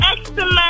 excellent